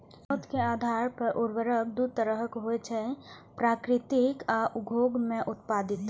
स्रोत के आधार पर उर्वरक दू तरहक होइ छै, प्राकृतिक आ उद्योग मे उत्पादित